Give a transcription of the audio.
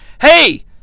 Hey